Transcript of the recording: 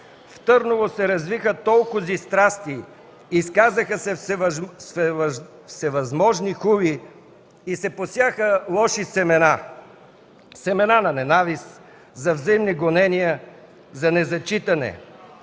„В Търново се развиха толкози страсти, изказаха се всевъзможни хули и се посяха лоши семена – семена на ненавист, за взаимни гонения, за незачитане.